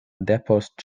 depost